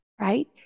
right